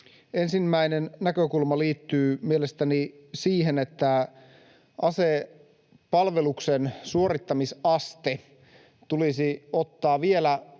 Ensimmäinen näkökulma liittyy mielestäni siihen, että asepalveluksen suorittamisasteen nostaminen tulisi ottaa vielä